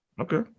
Okay